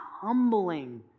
humbling